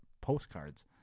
postcards